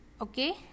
okay